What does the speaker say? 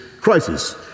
crisis